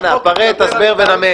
פרט הסבר ונמק.